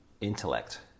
intellect